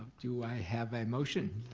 do i have a motion?